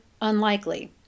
unlikely